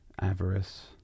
Avarice